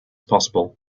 possible